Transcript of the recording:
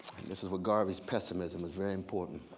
and this is where garvey's pessimism is very important.